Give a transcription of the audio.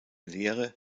lehre